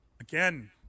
again